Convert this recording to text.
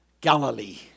Galilee